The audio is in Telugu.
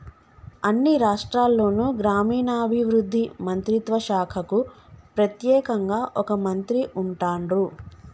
అన్ని రాష్ట్రాల్లోనూ గ్రామీణాభివృద్ధి మంత్రిత్వ శాఖకు ప్రెత్యేకంగా ఒక మంత్రి ఉంటాన్రు